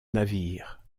navire